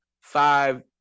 five